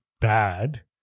bad